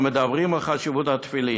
ומדברים על חשיבות התפילין.